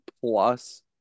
plus